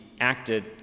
acted